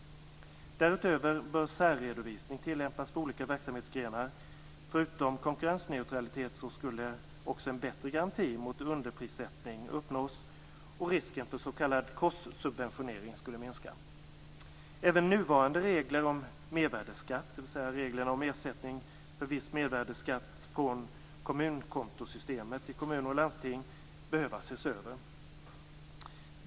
Därutöver bör särredovisning tillämpas för olika verksamhetsgrenar. Förutom konkurrensneutralitet skulle också en bättre garanti mot underprissättning uppnås, och risken för s.k. korssubventionering skulle minska. regler om ersättning för viss mervärdesskatt från kommunkontosystemet i kommuner och landsting, behöver ses över.